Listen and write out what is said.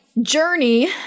journey